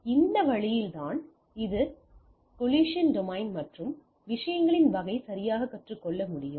எனவே இந்த வழியில் தான் இது கொல்லிஸின் டொமைன் மற்றும் விஷயங்களின் வகையை சரியாகக் கற்றுக் கொள்ள முடியும்